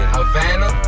Havana